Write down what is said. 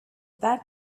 that